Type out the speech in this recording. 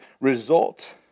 result